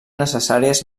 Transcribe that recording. necessàries